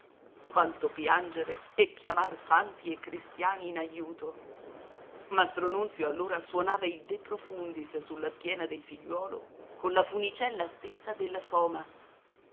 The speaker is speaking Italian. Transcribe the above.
quanto piangere e chiamar santi e cristiani in aiuto mastro nunzio allora suonava il deprofundis sulla schiena del figliuolo con la funicella stessa della soma